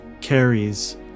carries